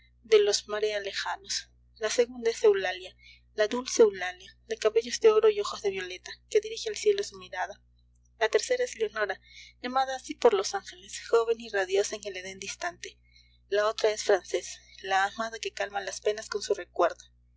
de los marea lejanos la segunda es eulalia la dulce eulalia de cabellos de oro y ojos de violeta que dirige al cielo su mirada la tercera es leonora llamada así por los ángeles joven y radiosa en el edén distante la otra es francés la amada que calma las penas con su recuerdo